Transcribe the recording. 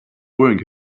wearing